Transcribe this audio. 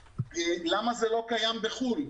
למה זה לא קיים בחו"ל?